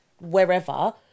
wherever